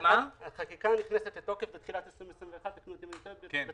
החקיקה נכנסת לתוקף בתחילת 2021. תקנו אותי אם אני טועה.